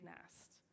nest